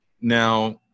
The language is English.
Now